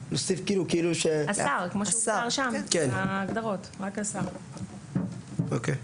חנן.